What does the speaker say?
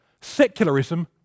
Secularism